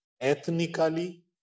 ethnically